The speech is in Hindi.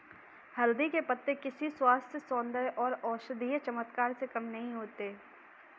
हल्दी के पत्ते किसी स्वास्थ्य, सौंदर्य और औषधीय चमत्कार से कम नहीं होते